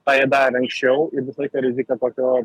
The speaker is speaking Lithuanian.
tą jie darė anksčiau ir visą laiką rizika tokio